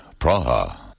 Praha